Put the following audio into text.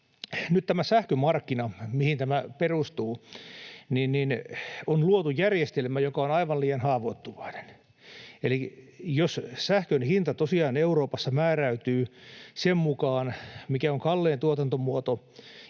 Nyt tähän sähkön markkinaan, mihin tämä perustuu, on luotu järjestelmä, joka on aivan liian haavoittuvainen. Eli jos sähkön hinta tosiaan Euroopassa määräytyy sen mukaan, mikä on kallein tuotantomuoto,